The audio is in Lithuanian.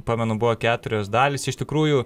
pamenu buvo keturios dalys iš tikrųjų